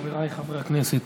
חבריי חברי הכנסת,